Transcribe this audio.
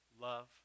Love